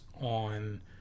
on